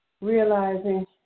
realizing